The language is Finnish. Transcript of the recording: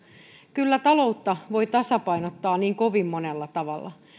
kyllä taloutta voi tasapainottaa niin kovin monella tavalla